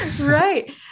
right